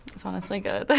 it's honestly good. but